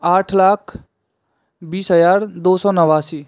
आठ लाख बीस हज़ार दो सौ नवासी